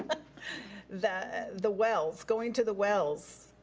but the the wells, going to the wells.